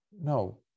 no